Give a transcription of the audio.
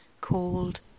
called